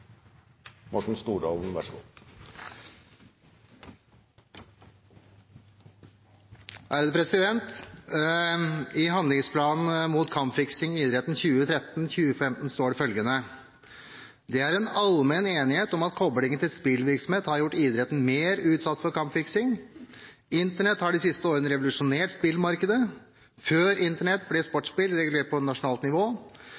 I Nasjonal handlingsplan mot kampfiksing i idretten 2013–2015 står det følgende: «Det er allmenn enighet om at koblingen til spillvirksomhet har gjort idretten mer utsatt for kampfiksing. Internett har de siste årene revolusjonert spillmarkedet. Før internett ble sportsspill regulert på nasjonalt nivå.